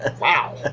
Wow